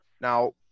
Now